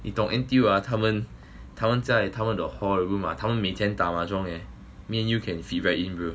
你懂他们 N_T_U ah 他们他们在他们 hall 的 room ah 他们每天打 mahjong leh you and me can fit right in bro